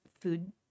food